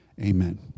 Amen